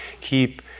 keep